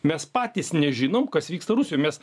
mes patys nežinom kas vyksta rusijoj mes